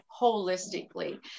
holistically